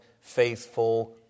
faithful